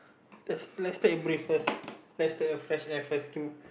let's let's take a break first let's take a fresh air first